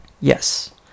Yes